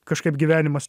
kažkaip gyvenimas